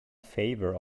favor